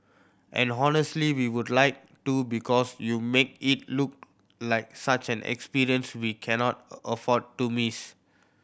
and honestly we would like to because you make it look like such an experience we cannot a afford to miss